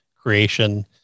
Creation